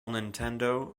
nintendo